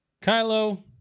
Kylo